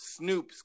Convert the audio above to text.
snoops